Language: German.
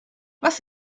was